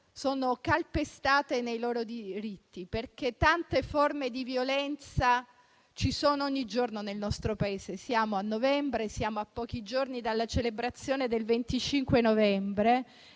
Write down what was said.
sono calpestate nei loro diritti, perché tante forme di violenza ci sono ogni giorno nel nostro Paese. A pochi giorni dalla celebrazione del 25 novembre